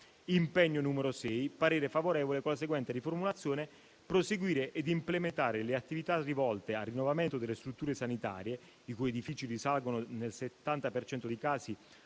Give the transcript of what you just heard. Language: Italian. impegno il parere è favorevole, con la seguente riformulazione: «proseguire ed implementare le attività rivolte al rinnovamento delle strutture sanitarie, i cui edifici risalgono, nel 70 per cento